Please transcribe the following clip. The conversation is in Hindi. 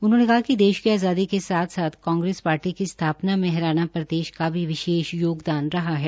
उन्होंने कहा कि देश की आज़ादी के साथ साथ कांग्रेस शार्टी की स्थाशना में हरियाणा प्रदेश का भी विशेष योगदान रहा है